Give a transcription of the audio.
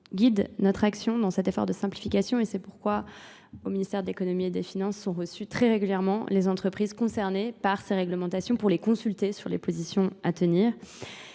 guide notre action dans cet effort de simplification et c'est pourquoi au ministère de l'économie et des finances sont reçus très régulièrement les entreprises concernées par ces réglementations pour les consulter sur les positions à tenir.